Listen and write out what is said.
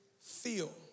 feel